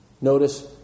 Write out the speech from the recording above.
Notice